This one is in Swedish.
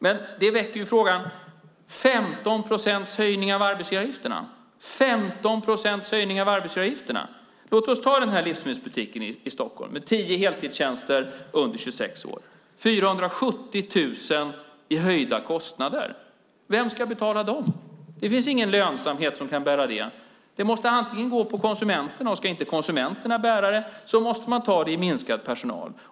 Men det väcker frågan om 15 procents höjning av arbetsgivaravgifterna. Låt oss ta en livsmedelsbutik i Stockholm med tio heltidstjänster med människor under 26 år. Det blir 470 000 i höjda kostnader. Vem ska betala dem? Det finns ingen lönsamhet som kan bära det. Det måste gå på konsumtenterna, och om inte de ska bära det måste man ta det i minskad personal.